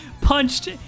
punched